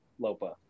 Lopa